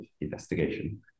investigation